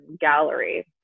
gallery